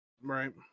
Right